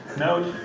note